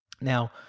Now